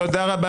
תודה רבה.